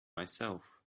myself